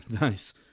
Nice